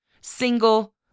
single